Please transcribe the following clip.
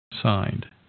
signed